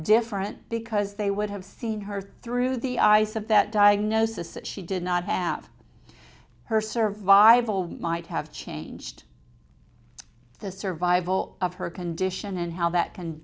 different because they would have seen her through the eyes of that diagnosis that she did not have her survival might have changed the survival of her condition and how that c